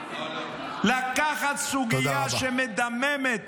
לקחת סוגיה שמדממת,